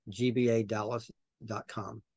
gbadallas.com